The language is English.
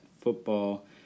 football